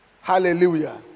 Hallelujah